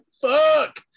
fuck